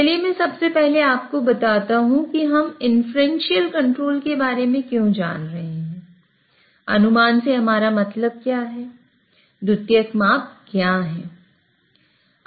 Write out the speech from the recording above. चलिए मैं सबसे पहले आपको बताता हूं कि हम इन्फ्रेंशियल कंट्रोल की बारे में क्यों जान रहे हैं अनुमान से हमारा मतलब क्या है द्वितीयक माप क्या है